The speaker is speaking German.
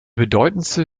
bedeutendste